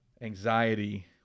anxiety